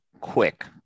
quick